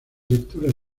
lecturas